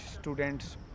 students